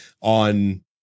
on